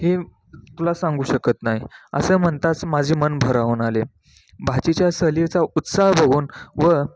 हे तुला सांगू शकत नाही असं म्हणताच माझे मन भरावून आले भाचीच्या सहलीचा उत्साह बघून व